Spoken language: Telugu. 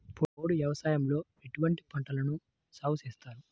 పోడు వ్యవసాయంలో ఎటువంటి పంటలను సాగుచేస్తారు?